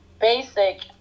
basic